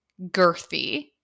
girthy